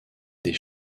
des